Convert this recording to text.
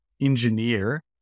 engineer